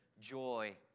joy